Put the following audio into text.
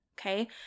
Okay